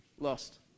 Lost